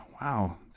Wow